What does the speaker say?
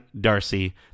Darcy